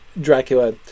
Dracula